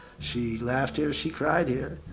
she laughed here, she cried here.